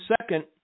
second